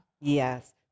yes